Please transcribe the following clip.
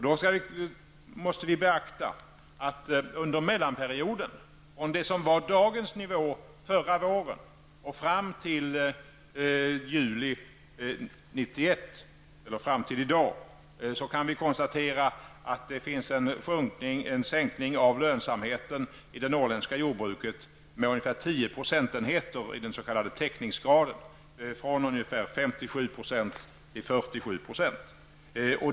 Då måste vi beakta att under mellanperioden -- från det som var ''dagens nivå'' förra våren till i dag -- har lönsamheten i det norrländska jordbruket sjunkit med ungefär 10 procentenheter i den s.k. täckningsgraden; från ungefär 57 % till 47 %.